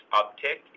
uptick